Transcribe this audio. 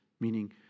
Meaning